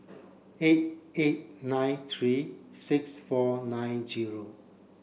eight eight nine three six four nine zero